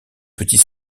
petit